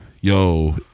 Yo